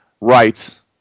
rights